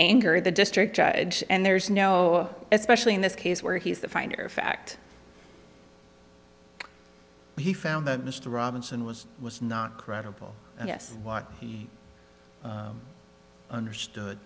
anger the district judge and there's no especially in this case where he's the finder of fact he found the mr robinson was was not credible yes want understood